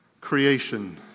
Creation